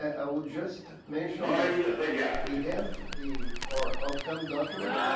i would just mention that that we have the our outcome document?